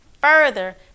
further